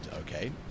Okay